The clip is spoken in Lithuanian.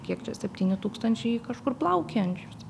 kiek čia septyni tūkstančiai kažkur plaukiojančių